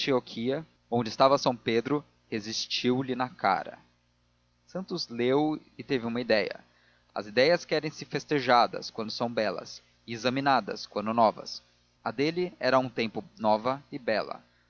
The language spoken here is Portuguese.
onde estava são pedro resistiu lhe na cara santos leu e teve uma ideia as ideias querem se festejadas quando são belas e examinadas quando novas a dele era a um tempo nova e bela